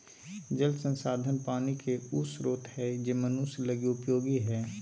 जल संसाधन पानी के उ स्रोत हइ जे मनुष्य लगी उपयोगी हइ